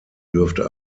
dürfte